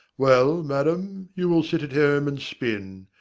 well, madam, you will sit at home and spin.